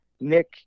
Nick